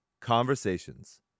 Conversations